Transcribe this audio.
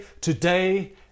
today